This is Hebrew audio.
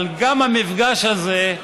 אבל גם המפגש הזה,